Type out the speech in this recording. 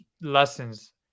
lessons